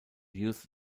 use